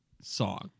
song